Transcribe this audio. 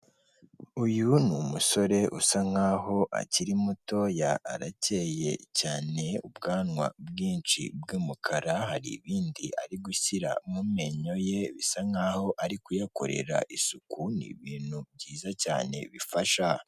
Uyu ni umusore usa nk'aho akiri mutoya, arakeye cyane, ubwanwa bwinshi bw'umukara, hari ibindi ari gushyira mu menyo ye, bisa nk'aho ari kuyakorera isuku, ni ibintu byiza cyane bifasha.